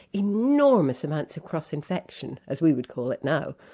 enormous amounts cross-infection, as we would call it now.